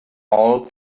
all